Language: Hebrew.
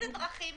איזה דרכים?